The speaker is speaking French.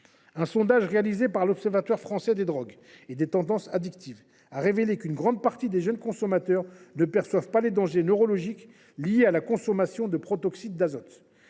Un sondage réalisé par l’Observatoire français des drogues et des tendances addictives (OFDT) a révélé qu’une grande partie des jeunes consommateurs ne percevaient pas les dangers neurologiques liés à la consommation de protoxyde d’azote.